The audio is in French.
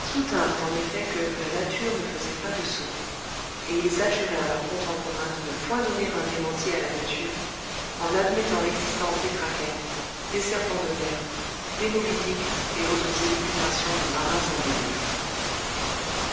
soutinrent en effet que la nature ne faisait pas de sots et ils adjurèrent leurs contemporains de ne point donner un démenti à la nature en admettant l'existence des krakens des serpents de mer des moby dick et autres élucubrations de marins en délire